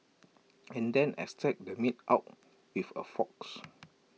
and then extract the meat out with A forks